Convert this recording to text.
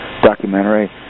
documentary